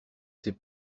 sais